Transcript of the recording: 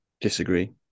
disagree